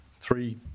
three